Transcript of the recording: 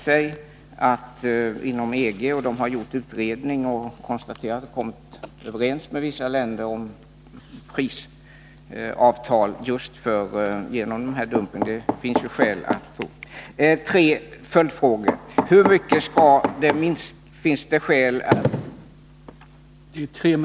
Det har inom EG gjorts en utredning, och en överenskommelse om prisavtal har träffats med vissa länder på grund av den här dumpingen. Och det finns ju skäl för det.